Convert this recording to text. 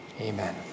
Amen